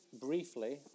briefly